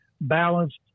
balanced